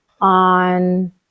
on